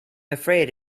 afraid